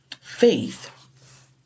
Faith